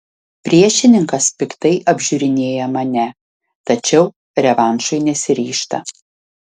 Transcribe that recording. priešininkas piktai apžiūrinėja mane tačiau revanšui nesiryžta